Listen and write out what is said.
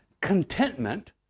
contentment